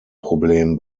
problem